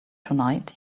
tonight